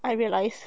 I realise